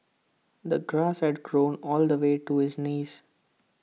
the grass had grown all the way to his knees